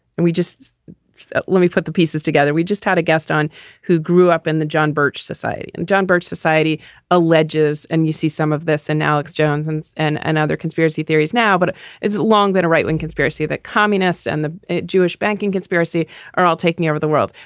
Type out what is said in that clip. and we just let me put the pieces together. we just had a guest on who grew up in the john birch society and john birch society alleges and you see some of this and alex jones and and and other conspiracy theories now. but it's long been a right wing conspiracy that communists and the jewish banking conspiracy are all taking over the world.